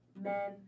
men